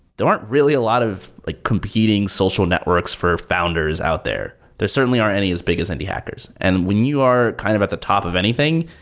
there aren't really a lot of like competing social networks for founders out there. there certainly aren't any as big as indie hackers. and when you are kind of at the top of anything,